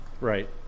Right